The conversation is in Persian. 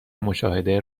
مشاهده